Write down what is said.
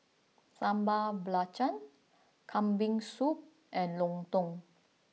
Sambal Belacan Kambing Soup and Lontong